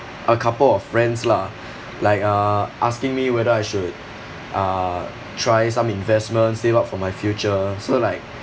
a couple of friends lah like uh asking me whether I should uh try some investments save up for my future so like